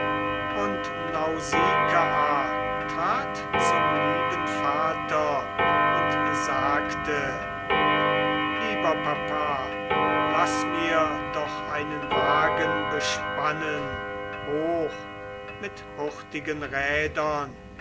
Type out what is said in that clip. und nausikaa trat zum lieben vater und sagte lieber papa laß mir doch einen wagen bespannen hoch mir hurtigen rädern